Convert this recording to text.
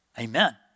Amen